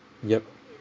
yup